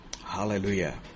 Hallelujah